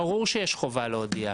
ברור שיש חובה להודיע.